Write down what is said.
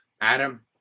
Adam